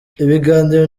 ibiganiro